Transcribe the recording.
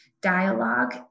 dialogue